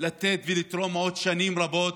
לתת ולתרום עוד שנים רבות,